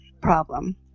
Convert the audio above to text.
problem